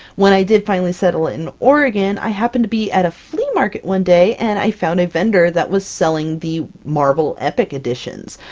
when i did finally settle in oregon, i happened to be at a flea market one day, and i found a vendor that was selling the marvel epic editions!